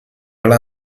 alla